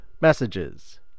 messages